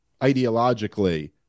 ideologically